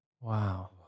Wow